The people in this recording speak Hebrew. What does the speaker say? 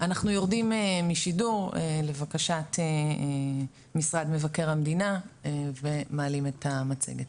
אנחנו יורדים משידור לבקשת משרד מבקר המדינה ומעלים את המצגת.